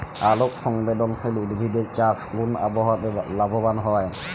আলোক সংবেদশীল উদ্ভিদ এর চাষ কোন আবহাওয়াতে লাভবান হয়?